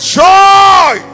joy